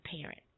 parent